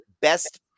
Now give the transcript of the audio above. best